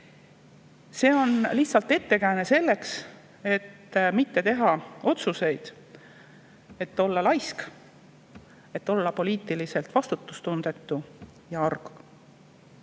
See on lihtsalt ettekääne selleks, et mitte teha otsuseid, et olla laisk, et olla poliitiliselt vastutustundetu ja arg.